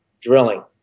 drilling